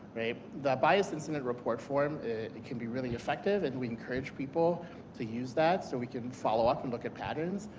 the bias incident report forth um can be effective and we encourage people to use that so we can follow up and look at patterns.